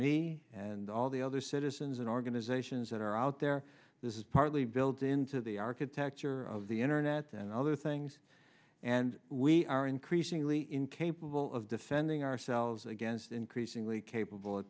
me and all the other citizens and organizations that are out there this is partly built into the architecture of the internet and other things and we are increasingly incapable of defending ourselves against increasingly capable